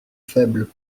faible